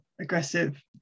aggressive